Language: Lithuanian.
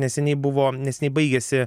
neseniai buvo neseniai baigėsi